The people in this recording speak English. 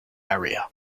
area